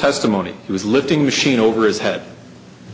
testimony he was lifting machine over his head